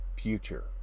future